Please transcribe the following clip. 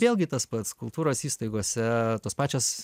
vėlgi tas pats kultūros įstaigose tos pačios